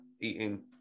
eating